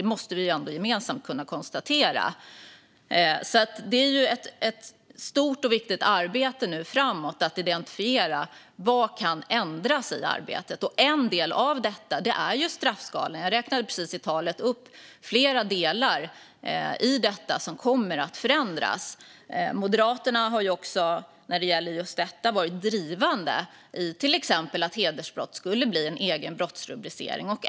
Det måste vi ändå gemensamt kunna konstatera. Det är ett stort och viktigt arbete framåt att identifiera vad som kan ändras. En del av detta är straffskalorna. Jag räknade i mitt tal upp flera delar som kommer att förändras. Moderaterna har när det gäller detta varit drivande i att hedersbrott ska bli en egen brottsrubricering.